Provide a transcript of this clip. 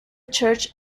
church